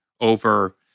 over